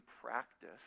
practice